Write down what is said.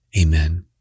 Amen